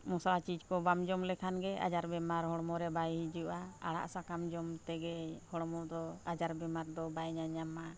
ᱢᱚᱥᱞᱟ ᱪᱤᱡᱽ ᱠᱚ ᱵᱟᱢ ᱡᱚᱢ ᱞᱮᱠᱷᱟᱱ ᱜᱮ ᱟᱡᱟᱨᱼᱵᱤᱢᱟᱨ ᱦᱚᱲᱢᱚ ᱨᱮ ᱵᱟᱭ ᱦᱤᱡᱩᱜᱼᱟ ᱟᱲᱟᱜᱼᱥᱟᱠᱟᱢ ᱡᱚᱢ ᱛᱮᱜᱮ ᱦᱚᱲᱢᱚ ᱫᱚ ᱟᱡᱟᱨᱼᱵᱤᱢᱟᱨ ᱫᱚ ᱵᱟᱭ ᱧᱟᱼᱧᱟᱢᱟ